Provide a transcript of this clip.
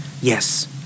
Yes